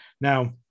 Now